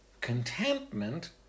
contentment